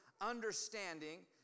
understanding